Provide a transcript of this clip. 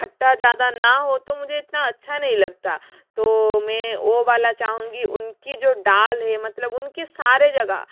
खट्टा ज़्यादा न हो तो मुझे इतना अच्छा नहीं लगता तो मैं वो वाला चाहूँगी उनकी जो दाल है मतलब उनके सारे जगह